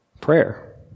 Prayer